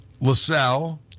LaSalle